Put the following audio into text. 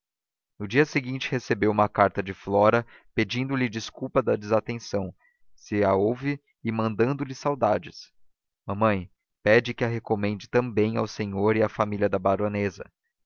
no dia seguinte recebeu uma carta de flora pedindo-lhe desculpas da desatenção se a houve e mandando-lhe saudades mamãe pede que a recomende também ao senhor e à família da baronesa